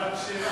אבל כשרה.